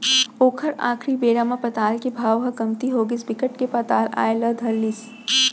ओखर आखरी बेरा म पताल के भाव ह कमती होगिस बिकट के पताल आए ल धर लिस